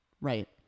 right